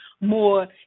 more